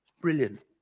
brilliant